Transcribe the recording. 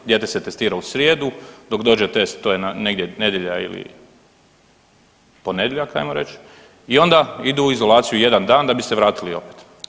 Dijete se testira u srijedu dok dođe test to je negdje nedjelja ili ponedjeljak ajmo reći i onda idu u izolaciju jedan dan da bi se vratili opet.